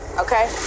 okay